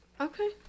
Okay